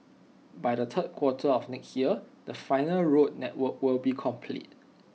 by the third quarter of next year the final road network will be complete